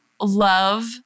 love